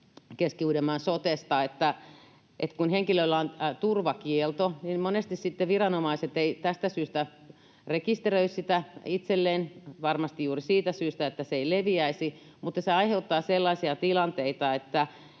Keski-Uudenmaan sotesta, että kun henkilöllä on turvakielto, niin monesti sitten viranomaiset eivät tästä syystä rekisteröi sitä itselleen — varmasti juuri siitä syystä, että se ei leviäisi — mutta se aiheuttaa sellaisia tilanteita, että